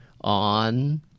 on